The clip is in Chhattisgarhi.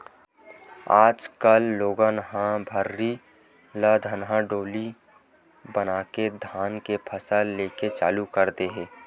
आज कल लोगन ह भर्री ल धनहा डोली बनाके धान के फसल लेके चालू कर दे हे